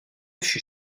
fut